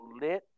lit